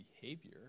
behavior